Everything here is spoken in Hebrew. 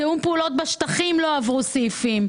תיאום פעולות בשטחים, לא עברו סעיפים,